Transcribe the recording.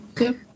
Okay